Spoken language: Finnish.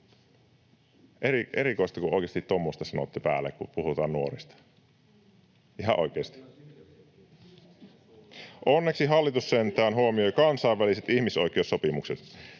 Erikoista, kun oikeasti tuollaista sanotte täällä, kun puhutaan nuorista. Ihan oikeasti. Onneksi hallitus sentään huomioi kansainväliset ihmisoikeussopimukset,